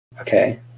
Okay